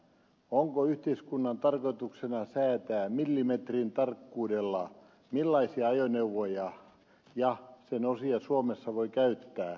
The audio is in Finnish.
onko yhteiskunnan tarkoituksena säätää millimetrin tarkkuudella millaisia ajoneuvoja ja niiden osia suomessa voi käyttää